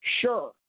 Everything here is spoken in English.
sure